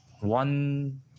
one